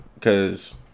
cause